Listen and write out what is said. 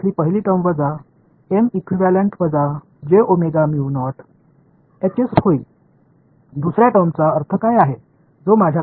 இரண்டாவது வெளிப்பாடு இங்கே minus J and I have a minus j omega epsilon naught s இருக்கிறது